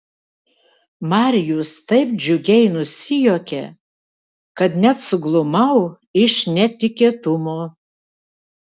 marijus taip džiugiai nusijuokė kad net suglumau iš netikėtumo